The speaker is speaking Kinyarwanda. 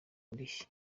indishyi